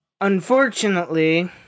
Unfortunately